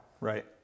Right